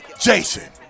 Jason